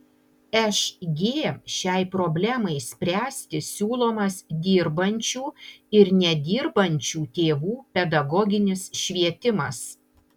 šg šiai problemai spręsti siūlomas dirbančių ir nedirbančių tėvų pedagoginis švietimas